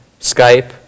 skype